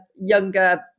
younger